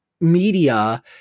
media